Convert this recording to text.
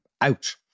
out